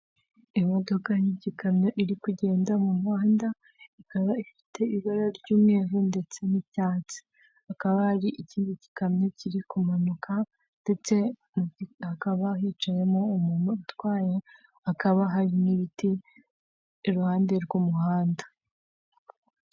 Imodoka y'ikamyo iri kugenda mu muhanda ikaba ifite ibara ry'umweru ndetse n'icyatsi, hakaba hari ikindi gikamyo kiri kumanuka ndetse hakaba hicayemo umuntu utwaye, hakaba hari n'ibiti iruhande rw'umuhanda.